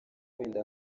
wenda